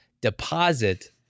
deposit